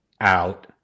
out